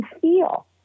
feel